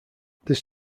this